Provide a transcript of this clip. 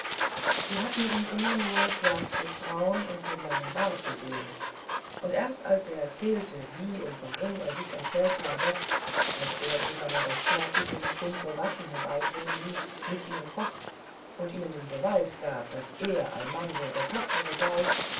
sie hatten ihn immer nur schwärzlichbraun und mit langem bart gesehen und erst als er erzählte wie und warum er sich entstellt habe als er zu seiner rechtfertigung stumpfe waffen herbeibringen ließ mit ihnen focht und ihnen den beweis gab daß er almansor der tapfere sei